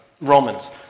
Romans